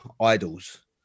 idols